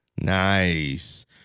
Nice